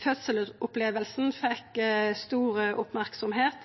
fekk stor merksemd –